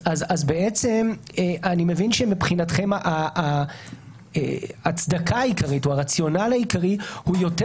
אני מבין שמבחינתכם ההצדקה העיקרית או הרציונל העיקרי הוא יותר